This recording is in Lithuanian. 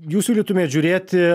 jūs siūlytumėt žiūrėti